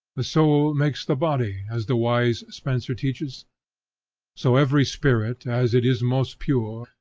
the soul makes the body, as the wise spenser teaches so every spirit, as it is most pure,